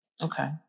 Okay